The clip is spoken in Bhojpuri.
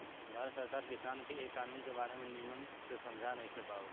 भारत सरकार किसान के ए कानून के बारे मे निमन से समझा नइखे पावत